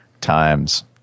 times